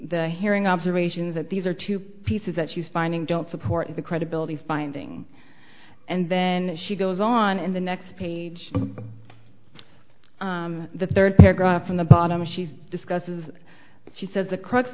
the hearing observations that these are two pieces that she's finding don't support the credibility finding and then she goes on in the next page the third paragraph in the bottom she discusses she says the crux